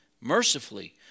mercifully